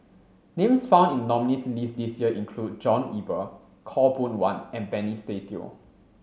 names found in the nominees' list this year include John Eber Khaw Boon Wan and Benny Se Teo